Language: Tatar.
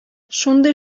шундый